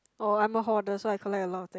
oh I am a hoarder so I collect a lot of things